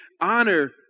Honor